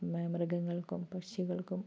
മൃഗങ്ങൾക്കും പക്ഷികൾക്കും